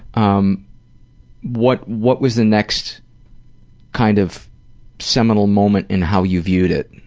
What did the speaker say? um what what was the next kind of seminal moment in how you viewed it?